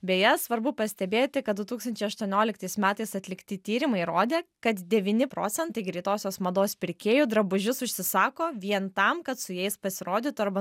beje svarbu pastebėti kad du tūkstančiai aštuonioliktais metais atlikti tyrimai įrodė kad devyni procentai greitosios mados pirkėjų drabužius užsisako vien tam kad su jais pasirodytų arba